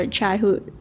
childhood